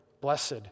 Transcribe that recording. Blessed